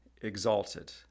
exalted